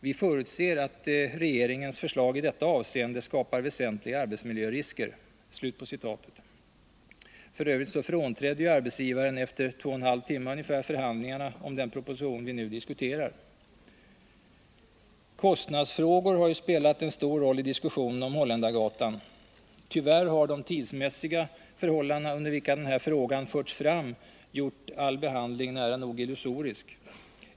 Vi förutser att regeringens förslag i detta avseende skapar väsentliga arbetsmiljörisker.” Arbetsgivaren frånträdde f. ö. efter ca 2,5 timmar förhandlingarna om den proposition som vi nu diskuterar. Kostnadsfrågor har spelat en stor roll i diskussionen om Holländargatan. Tyvärr har de tidsmässiga förhållanden under vilka den här frågan förts fram gjort all behandling nära nog illusorisk.